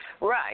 Right